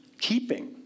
keeping